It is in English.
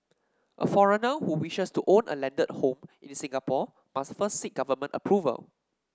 a foreigner who wishes to own a landed home in Singapore must first seek government approval